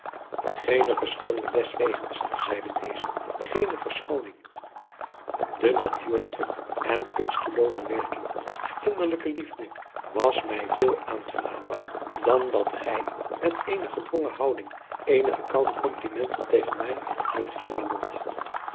verschooning deswegens zeide deze geene verschooning de naadriaan loosjes pzn het leven van hillegonda buisman tuurlijke en kunstelooze werking der kinderlijke liefde was mij veel aangenamer dan dat gij met eene gedwongen houding eenige koude komplimenten tegen mij had